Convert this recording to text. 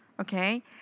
okay